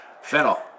Fennel